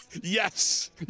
Yes